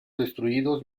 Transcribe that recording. destruidos